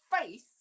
faith